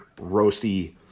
roasty